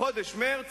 בחודש מרס